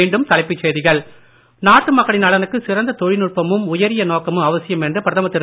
மீண்டும் தலைப்புச் செய்திகள் நாட்டுமக்களின் நலனுக்கு சிறந்த தொழில்நுட்பமும் உயரிய நோக்கமும் அவசியம் என்று பிரதமர் திரு